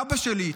אבא שלי,